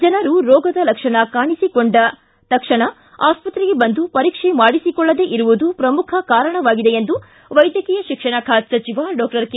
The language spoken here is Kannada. ಜನರು ರೋಗದ ಲಕ್ಷಣ ಕಾಣಿಸಿಕೊಂಡ ತಕ್ಷಣ ಆಸ್ಪತ್ರೆಗೆ ಬಂದು ಪರೀಕ್ಷೆ ಮಾಡಿಸಿಕೊಳ್ಳದೇ ಇರುವುದು ಶ್ರಮುಖ ಕಾರಣ ಎಂದು ವೈದ್ಯಕೀಯ ಶಿಕ್ಷಣ ಖಾತೆ ಸಚಿವ ಡಾಕ್ಟರ್ ಕೆ